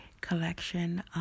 collection